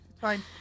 fine